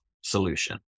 solution